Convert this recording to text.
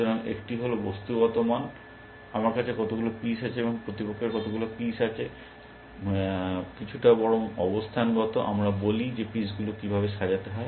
সুতরাং একটি হল বস্তুগত মান আমার কাছে কতগুলি পিস আছে এবং প্রতিপক্ষের কতগুলি পিস আছে কিছুটা বরং অবস্থানগত আমরা বলি যে পিসগুলি কীভাবে সাজানো হয়